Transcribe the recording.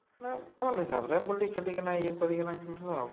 ବେଲେ ଭଲ୍ ହିସାବ୍ରେ ବୁଲି ଖେଲିକି ଇଏ କରିକିନା ଖେଲ୍ସୁଁ ଆଉ